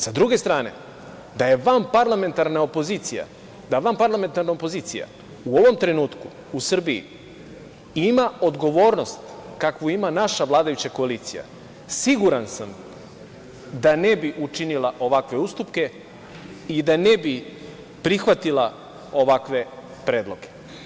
Sa druge strane, da vanparlamentarna opozicija u ovom trenutku u Srbiji ima odgovornost kakvu ima naša vladajuća koalicija, siguran sam da ne bi učinila ovakve ustupke i da ne bi prihvatila ovakve predloge.